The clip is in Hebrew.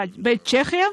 בית צ'כיה,